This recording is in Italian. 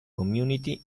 community